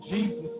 Jesus